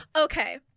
okay